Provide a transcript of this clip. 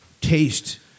taste